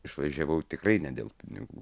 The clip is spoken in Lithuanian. išvažiavau tikrai ne dėl pinigų